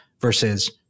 versus